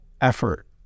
effort